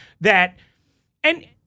that—and